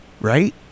right